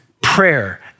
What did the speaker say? prayer